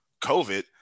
COVID